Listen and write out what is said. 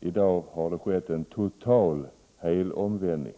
I dag har det skett en helomvändning.